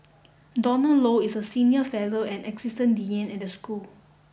Donald Low is senior fellow and assistant dean at the school